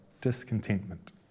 discontentment